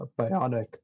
bionic